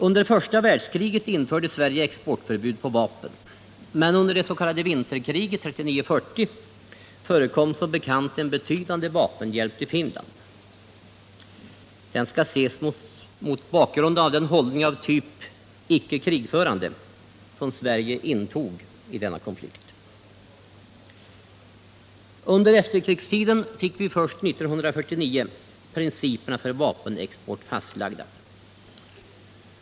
Under första världskriget införde Sverige exportförbud på vapen, men under det s.k. vinterkriget 1939-1940 förekom som bekant en betydande vapenhjälp till Finland. Den skall ses mot bakgrunden av den hållning av typ ”icke krigförande” som Sverige intog i denna konflikt. Under efterkrigstiden fick vi först 1949 principerna för vapenexport fastlagda.